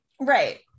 Right